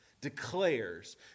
declares